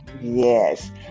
Yes